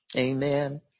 Amen